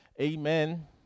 Amen